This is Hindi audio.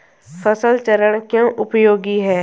फसल चरण क्यों उपयोगी है?